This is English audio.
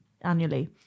annually